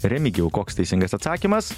remigijau koks teisingas atsakymas